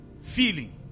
Feeling